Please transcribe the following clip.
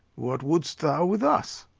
what wouldst thou with us?